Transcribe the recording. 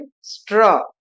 straw